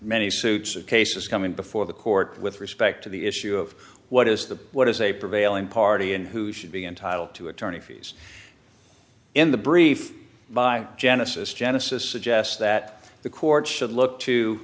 many suits of cases coming before the court with respect to the issue of what is the what is a prevailing party and who should be entitled to attorney fees in the brief by genesis genesis suggests that the court should look